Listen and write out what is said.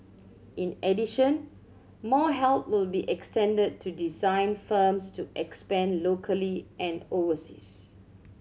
in addition more help will be extended to design firms to expand locally and overseas